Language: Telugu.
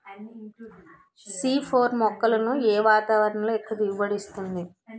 సి ఫోర్ మొక్కలను ఏ వాతావరణంలో ఎక్కువ దిగుబడి ఇస్తుంది?